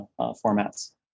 formats